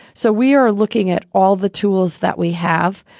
so we are looking at all the tools that we have,